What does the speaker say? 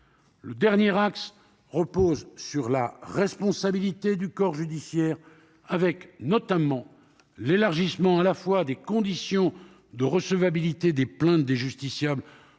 son dernier axe porte sur la responsabilité du corps judiciaire. Il s'agit notamment d'élargir à la fois les conditions de recevabilité des plaintes des justiciables